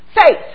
Faith